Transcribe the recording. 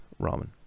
ramen